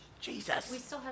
Jesus